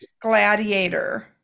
Gladiator